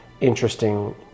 interesting